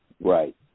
Right